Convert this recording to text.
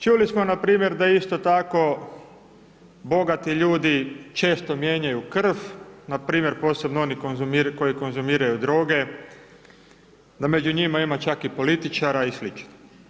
Čuli smo npr. da isto tako bogati ljudi često mijenjaju krv, npr. posebno oni koji konzumiraju droge, da među njima ima čak i političara i slično.